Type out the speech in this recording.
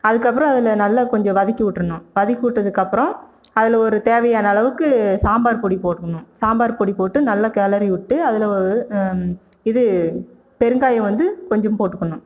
அதற்கப்றம் அதில் நல்லா கொஞ்சம் வதக்கி விட்ருணும் வதக்கி விட்டதுக்கப்றம் அதில் ஒரு தேவையான அளவுக்கு சாம்பார் பொடி போட்டுக்கணும் சாம்பார் பொடி போட்டு நல்ல கிளறி விட்டு அதில் ஒரு இது பெருங்காயம் வந்து கொஞ்சம் போட்டுக்கணும்